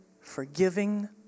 forgiving